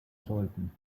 sollten